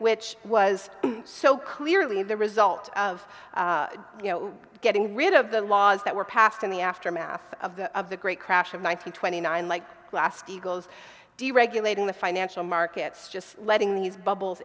which was so clearly in the result of you know getting rid of the laws that were passed in the aftermath of the of the great crash of one thousand twenty nine like last eagles deregulating the financial markets just letting these bubbles